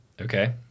okay